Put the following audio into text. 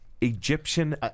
Egyptian